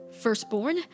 firstborn